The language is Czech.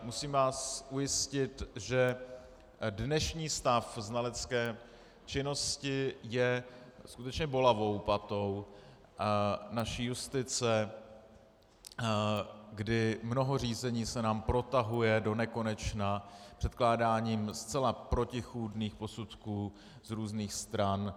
Musím vás ujistit, že dnešní stav znalecké činnosti je skutečně bolavou patou naší justice, kdy mnoho řízení se nám protahuje donekonečna předkládáním zcela protichůdných posudků z různých stran.